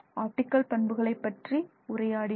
optical பண்புகளை பற்றி உரையாடினோம்